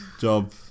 job